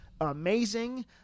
amazing